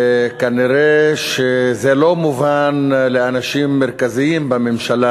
וכנראה זה לא מובן לאנשים מרכזיים בממשלה.